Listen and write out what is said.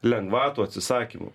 lengvatų atsisakymo